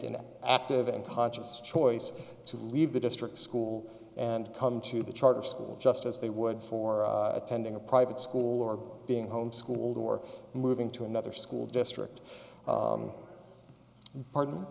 an active and conscious choice to leave the district school and come to the charter school just as they would for attending a private school or being homeschooled or moving to another school district pardon